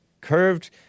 curved